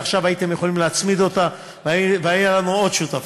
ועכשיו הייתם יכולים להצמיד אותה והיו לנו עוד שותפים.